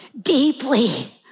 Deeply